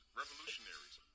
revolutionaries